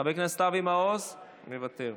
חבר הכנסת אבי מעוז, מוותר,